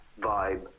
vibe